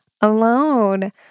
alone